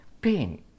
pain